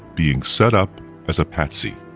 being set up as a patsy.